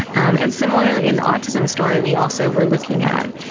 um and similarly in the autism story we also were looking at,